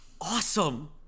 awesome